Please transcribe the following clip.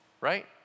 right